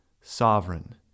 sovereign